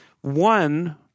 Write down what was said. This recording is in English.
One